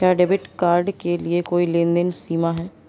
क्या debit card के लिए कोई लेनदेन सीमा है?